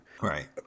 Right